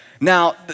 Now